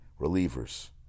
relievers